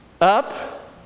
Up